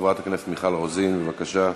חברת הכנסת מיכל רוזין, בבקשה.